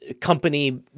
company